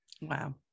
Wow